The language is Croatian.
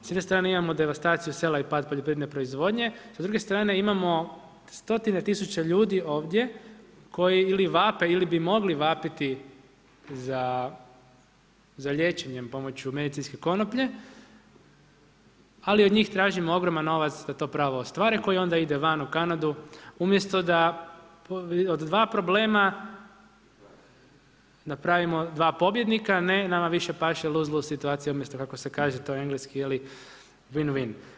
S jedne strane imamo devastaciju sela i pad poljoprivredne proizvodnje, sa druge strane imamo stotine tisuća ljudi ovdje koji vape ili bi mogli vapiti za liječenjem pomoću medicinske konoplje ali od njih tražimo ogroman novac da to pravo ostvare koje onda ide van u Kanadu umjesto da od dva problema napravimo dva pobjednika, ne, nama više paše lose-lose situacije umjesto kako se to kaže engleski je li, win-win.